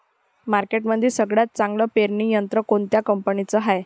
मार्केटमंदी सगळ्यात चांगलं पेरणी यंत्र कोनत्या कंपनीचं हाये?